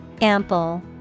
Ample